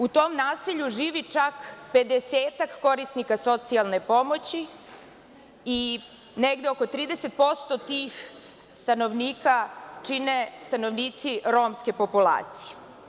U tom naselju živi čak pedesetak korisnika socijalne pomoći i negde oko 30% tih stanovnika čine stanovnici romske populacije.